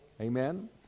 Amen